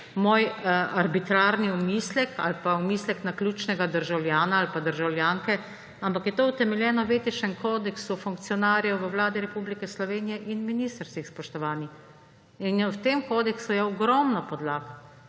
moj arbitrarni umislek ali pa umislek naključnega državljana ali pa državljanke, ampak je to utemeljeno v Etičnem kodeksu funkcionarjev v Vladi Republike Slovenije in ministrstvih, spoštovani. V tem kodeksu je ogromno podlag.